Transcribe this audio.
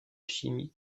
chimie